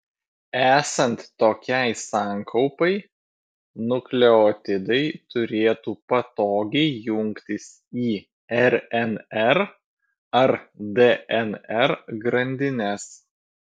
esant tokiai sankaupai nukleotidai turėtų patogiai jungtis į rnr ar dnr grandines